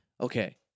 okay